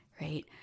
right